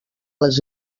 les